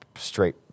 Straight